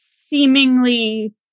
seemingly